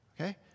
Okay